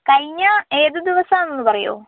കഴിഞ്ഞ ഏത് ദിവസമാണെന്നൊന്ന് പറയുമോ